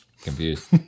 confused